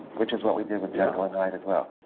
which is what we did with jekyll and hyde as well.